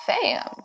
Fam